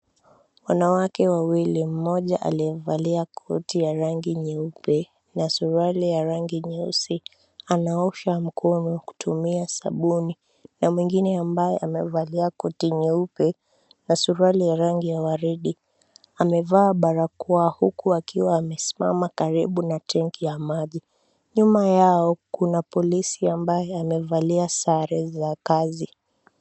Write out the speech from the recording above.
Wanawake wawili, mmoja aliyevalia koti ya rangi nyeupe na suruali ya rangi nyeusi anaosha mkono kutumia sabuni, na mwingine ambaye amevalia koti nyeupe na suruali ya rangi ya waridi. Amevaa barakoa huku akiwa karibu na tenki ya maji. Nyuma yao kuna polisi ambaye amevalia sare za kazi.